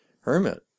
hermit